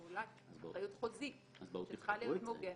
ואולי אחריות חוזית שצריכה להיות מוגנת.